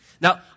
Now